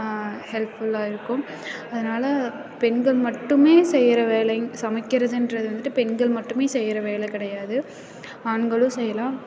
help ஃபுல்லாக இருக்கும் அதனால பெண்கள் மட்டும் செய்கிற வேலை சமைக்கிறதுன்றது வந்துட்டு பெண்கள் மட்டும் செய்கிற வேலை கிடையாது ஆண்களும் செய்யலாம்